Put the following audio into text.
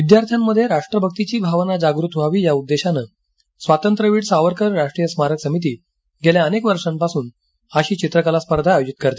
विद्यार्थ्यामध्ये राष्ट्रभक्तीची भावना जागृत व्हावी या उद्देशानं स्वातंत्र्यवीर सावरकर राष्ट्रीय स्मारक समिती गेल्या अनेक वर्षांपासून अशी चित्रकला स्पर्धा आयोजित करते